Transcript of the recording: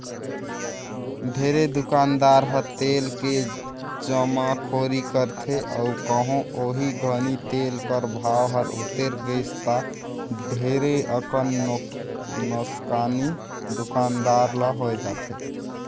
ढेरे दुकानदार ह तेल के जमाखोरी करथे अउ कहों ओही घनी तेल कर भाव हर उतेर गइस ता ढेरे अकन नोसकानी दुकानदार ल होए जाथे